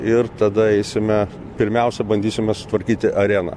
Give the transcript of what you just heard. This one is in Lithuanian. ir tada eisime pirmiausia bandysime sutvarkyti areną